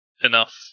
enough